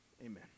amen